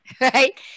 Right